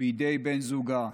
בידי בן זוגה,